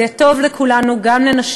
זה יהיה טוב לכולנו גם לנשים,